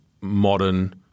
modern